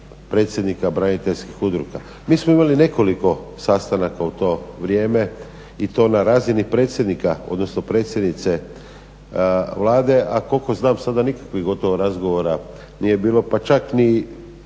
predsjednika braniteljskih udruga. Mi smo imali nekoliko sastanaka u to vrijeme i to na razini predsjednika odnosno predsjednice Vlade a kolko znam sada nikakvih gotovo razgovora nije bilo, pa čak ni